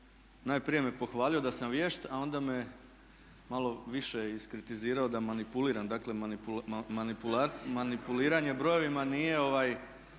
najprije me pohvalio da sam vješt a onda me malo više iskritizirao da manipuliram. Dakle, manipuliranje brojevima nije